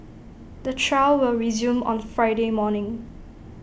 the trial will resume on Friday morning